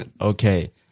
okay